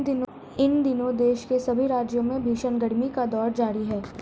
इन दिनों देश के सभी राज्यों में भीषण गर्मी का दौर जारी है